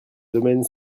domaine